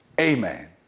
amen